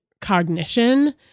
cognition